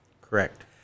Correct